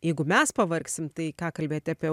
jeigu mes pavargsim tai ką kalbėti apie